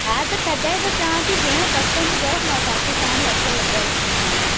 हा त तॾहिं त चवा थी भेण पसंदि कयो मां तव्हांखे पाण ई अघि लॻाईंदीमाव